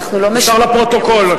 נמסר לפרוטוקול.